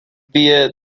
via